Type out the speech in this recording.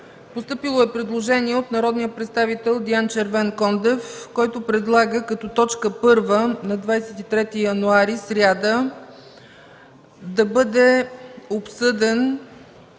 Постъпило е предложение от народния представител Диан Червенкондев, който предлага като точка първа на 23 януари, сряда, да бъде обсъден